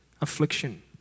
affliction